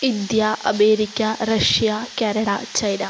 India America Russia Canada China